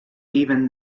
even